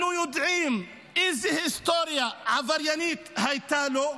אנחנו יודעים איזו היסטוריה עבריינית הייתה לו,